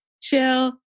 chill